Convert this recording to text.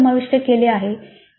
त्यात काय समाविष्ट आहे